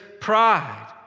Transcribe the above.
pride